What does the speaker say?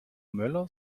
möller